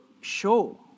show